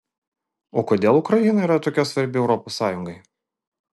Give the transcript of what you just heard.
o kodėl ukraina yra tokia svarbi europos sąjungai